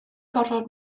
gorfod